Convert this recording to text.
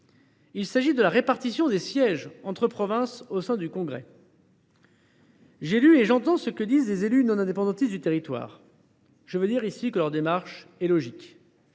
il s’agit de la répartition des sièges entre provinces au sein du congrès. J’entends ce que disent les élus non indépendantistes du territoire, leur démarche est logique.